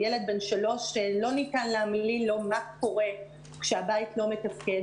ילד בן שלוש לא ניתן להמליל לו מה קורה כשהבית לא מתפקד.